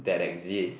that exist